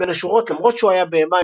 בין השורות "למרות שהוא היה בהמה,